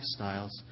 lifestyles